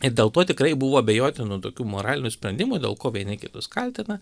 ir dėl to tikrai buvo abejotinų tokių moralinių sprendimų dėl ko vieni kitus kaltina